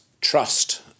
trust